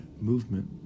movement